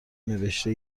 نوشته